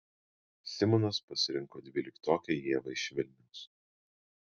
simonas pasirinko dvyliktokę ievą iš vilniaus